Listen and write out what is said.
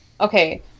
okay